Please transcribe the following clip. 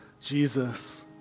Jesus